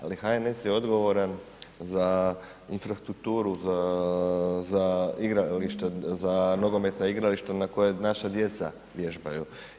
Ali HNS je odgovoran za infrastrukturu za igralište, za nogometna igrališta na kojima naša djeca vježbaju.